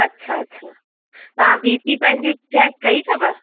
अच्छा अच्छा तव्हां बी पी पंहिंजी चेक कई अथव